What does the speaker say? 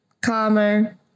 calmer